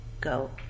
go